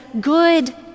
good